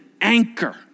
anchor